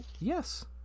Yes